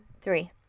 three